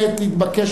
תם סדר-היום.